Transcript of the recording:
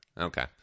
Okay